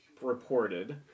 reported